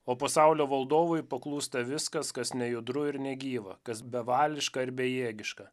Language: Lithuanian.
o pasaulio valdovui paklūsta viskas kas nejudru ir negyva kas bevališka ir bejėgiška